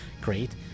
great